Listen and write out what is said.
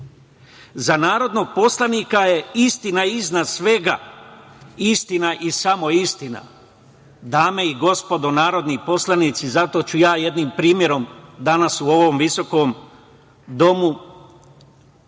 Za narodnog poslanika je istina iznad svega, istina i samo istina. Dame i gospodo narodni poslanici, zato ću ja jednim primerom danas u ovom visokom domu,